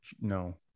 no